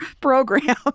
program